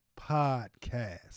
Podcast